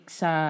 sa